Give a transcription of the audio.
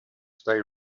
stay